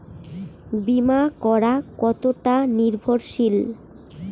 বীমা করা কতোটা নির্ভরশীল?